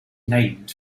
named